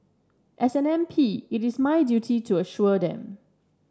as an M P it is my duty to assure them